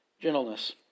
gentleness